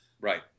Right